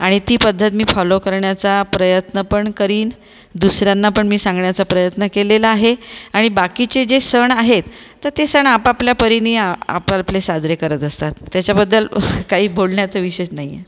आणि ती पद्धत मी फॉलो करण्याचा प्रयत्न पण करीन दुसऱ्यांना पण मी सांगण्याचा प्रयत्न केलेला आहे आणि बाकीचे जे सण आहेत तर ते सण आपापल्या परीने आपापले साजरे करत असतात त्याच्याबद्दल काही बोलण्याचा विशेष नाही आहे